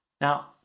Now